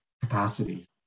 capacity